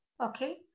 okay